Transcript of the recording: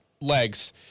legs